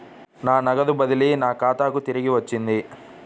నా నగదు బదిలీ నా ఖాతాకు తిరిగి వచ్చింది